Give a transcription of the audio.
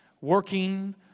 working